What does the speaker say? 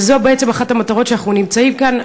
וזו אחת המטרות כשאנחנו נמצאים כאן,